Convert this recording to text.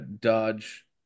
dodge